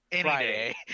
Friday